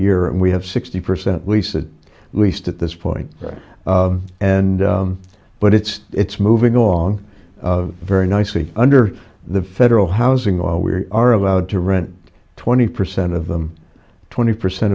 year and we have sixty percent lease at least at this point and but it's it's moving along very nicely under the federal housing or we are allowed to rent twenty percent of them twenty percent